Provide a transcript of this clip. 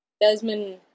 Desmond